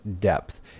depth